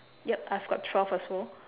yup I've got twelve as well